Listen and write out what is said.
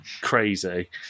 crazy